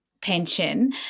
pension